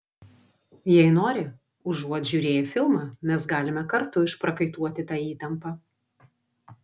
jei nori užuot žiūrėję filmą mes galime kartu išprakaituoti tą įtampą